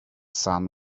sun